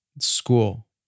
school